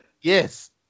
Yes